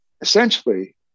essentially